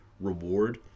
reward